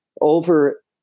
over